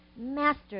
Master